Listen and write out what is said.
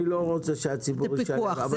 זאת